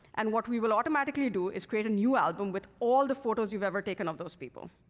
and what we will automatically do is create a new album with all the photos you've ever taken of those people.